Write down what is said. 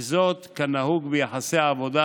וזאת כנהוג ביחסי עבודה,